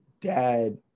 dad